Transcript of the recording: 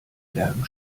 bergen